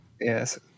Yes